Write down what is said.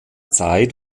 zeit